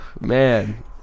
Man